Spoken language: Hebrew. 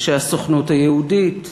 אנשי הסוכנות היהודית.